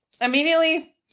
immediately